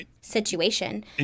situation